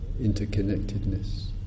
interconnectedness